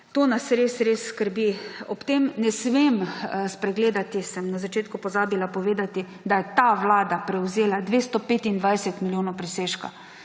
To nas res zelo skrbi. Ob tem ne smemo spregledati, sem na začetku pozabila povedati, da je ta vlada prevzela 225 milijonov presežka,